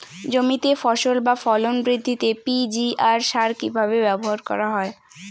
জমিতে ফসল বা ফলন বৃদ্ধিতে পি.জি.আর সার কীভাবে ব্যবহার করা হয়?